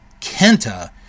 Kenta